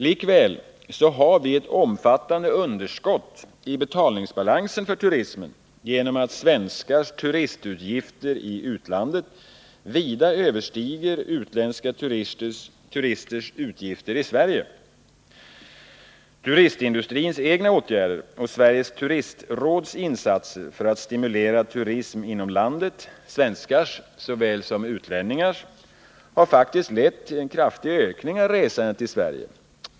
Likväl har vi ett omfattande underskott i betalningsbalansen för turismen genom att svenskars turistutgifter i utlandet vida överstiger utländska turisters utgifter i Sverige. Turistindustrins egna åtgärder och Sveriges turistråds insatser för att stimulera turism inom landet, svenskars såväl som utlänningars, har lett till en ökning av resandet i Sverige.